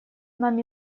нам